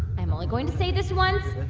i'm only going to say this once.